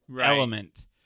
element